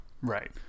Right